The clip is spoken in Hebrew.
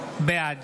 בעד